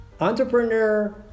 entrepreneur